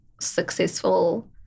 successful